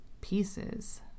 pieces